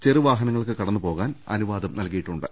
ചെറുവാഹനങ്ങൾക്ക് കടന്നു പോകാൻ അനുവാദം നൽകിയി ട്ടുണ്ട്